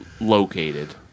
located